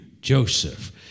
Joseph